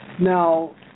Now